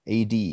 AD